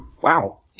Wow